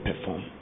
perform